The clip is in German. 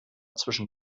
zwischen